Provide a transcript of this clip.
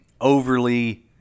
overly